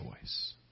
choice